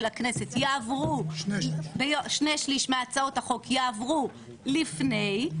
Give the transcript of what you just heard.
הכנסת יעברו שני שליש מהצעות החוק יעברו לפני,